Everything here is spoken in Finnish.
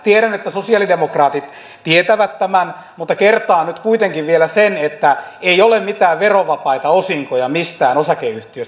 tiedän että sosialidemokraatit tietävät tämän mutta kertaan nyt kuitenkin vielä sen että ei ole mitään verovapaita osinkoja mistään osakeyhtiöstä